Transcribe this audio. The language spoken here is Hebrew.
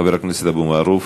חבר הכנסת אבו מערוף.